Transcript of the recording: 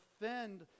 defend